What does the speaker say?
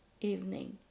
evening